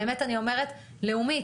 באמת אני אומרת לאומית,